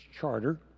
charter